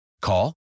Call